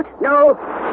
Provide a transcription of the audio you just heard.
No